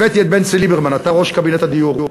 הבאתי את בנצי ליברמן, אתה ראש קבינט הדיור.